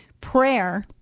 Prayer